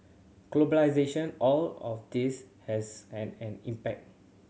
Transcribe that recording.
globalisation all of this has had an impact